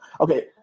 Okay